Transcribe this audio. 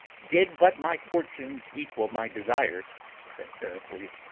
did but my fortunes equal my desires said pericles,